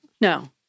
No